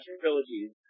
trilogies